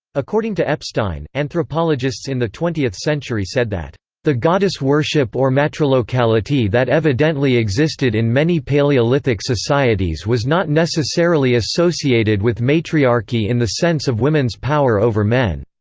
according to epstein, anthropologists in the twentieth century said that the goddess worship or matrilocality that evidently existed in many paleolithic societies was not necessarily associated with matriarchy in the sense of women's power over men.